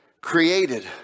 created